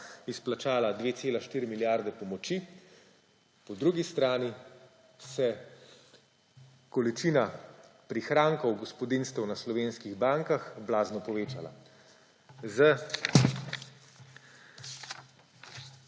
izplačala 2,4 milijarde pomoči. Po drugi strani se je količina prihrankov gospodinjstev na slovenskih bankah blazno povečala −